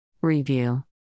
Review